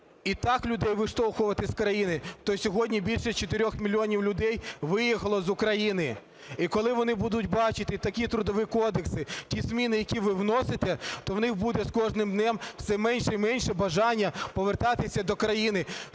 і так людей виштовхувати з країни, то сьогодні більше 4 мільйонів людей виїхало з України. І коли вони будуть бачити такі трудові кодекси, ті зміни, які ви вносите, то в них буде з кожним днем все менше і менше бажання повертатися до країни.